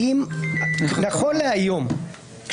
נכון להיום,